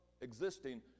existing